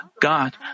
God